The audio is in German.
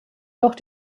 doch